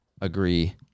agree